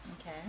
Okay